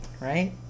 right